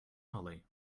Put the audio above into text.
hollie